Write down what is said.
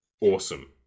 Awesome